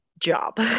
job